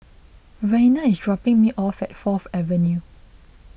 Raina is dropping me off at Fourth Avenue